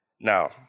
Now